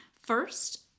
First